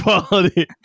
quality